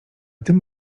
tym